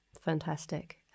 Fantastic